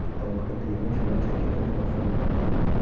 they'll look at the image, and they'll take it in, and they'll form their opinion,